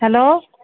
hello